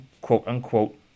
quote-unquote